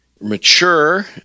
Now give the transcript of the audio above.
mature